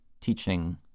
teaching